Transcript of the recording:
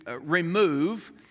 remove